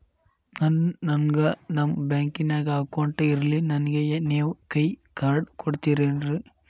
ನನ್ಗ ನಮ್ ಬ್ಯಾಂಕಿನ್ಯಾಗ ಅಕೌಂಟ್ ಇಲ್ರಿ, ನನ್ಗೆ ನೇವ್ ಕೈಯ ಕಾರ್ಡ್ ಕೊಡ್ತಿರೇನ್ರಿ?